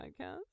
podcast